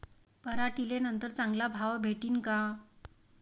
पराटीले नंतर चांगला भाव भेटीन का?